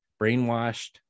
Brainwashed